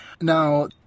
Now